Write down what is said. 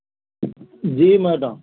जी madam